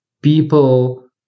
People